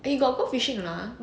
eh he got go fishing a not ah